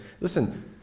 listen